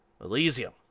Elysium